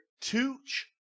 Tooch